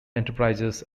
enterprises